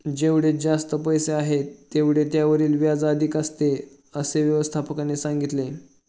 जेवढे जास्त पैसे आहेत, तेवढे त्यावरील व्याज अधिक असते, असे व्यवस्थापकाने सांगितले